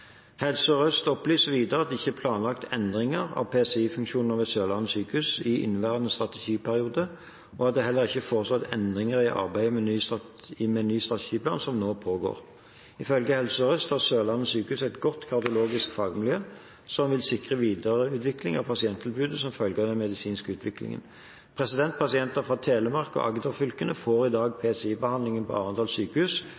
Helse Sør-Øst opplyser videre at det ikke er planlagt endringer av PCI-funksjonen ved Sørlandet sykehus i inneværende strategiperiode, og at det heller ikke er foreslått endringer i arbeidet med ny strategiplan som nå pågår. Ifølge Helse Sør-Øst har Sørlandet sykehus et godt kardiologisk fagmiljø, som vil sikre videreutvikling av pasienttilbudet som følge av den medisinske utviklingen. Pasienter fra Telemark og Agderfylkene får i dag